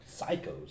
Psychos